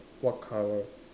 what colour